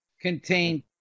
contain